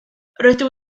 rydw